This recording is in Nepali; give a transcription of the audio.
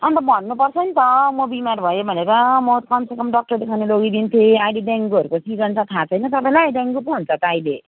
अन्त भन्नुपर्छ नि त म बिमार भएँ भनेर म कमसेकम डक्टर देखाउन लगिदिन्थे अहिले डेङ्गुहरूको सिजन छ थाहा छैन तपाईँलाई डेङ्गु पो हुन्छ त अहिले